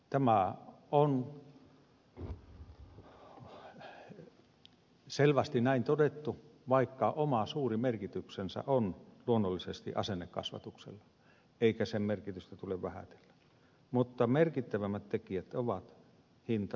tämä on selvästi näin todettu vaikka oma suuri merkityksensä on luonnollisesti asennekasvatuksella eikä sen merkitystä tule vähätellä mutta merkittävämmät tekijät ovat hinta ja saatavuus